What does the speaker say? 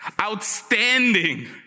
outstanding